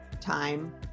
time